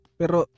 pero